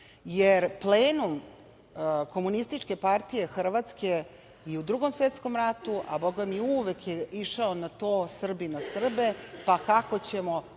Srbe. Plenum komunističke partije Hrvatske i u Drugom svetskom ratu, a bogami, uvek je išao na to Srbi na Srbe, pa kako ćemo,